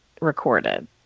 recorded